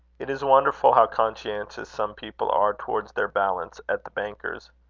it is wonderful how conscientious some people are towards their balance at the banker's.